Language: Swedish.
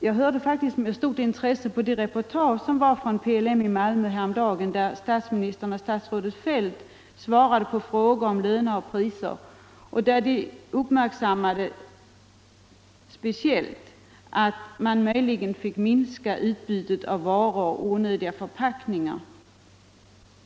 Jag lyssnade med stort intresse till reportaget i TV häromdagen från PLM i Malmö, där statsministern och statsrådet Feldt svarade på frågor om löner och priser, och jag uppmärksammade speciellt att de antydde att utbudet av varor och onödiga förpackningar kanske måste minskas.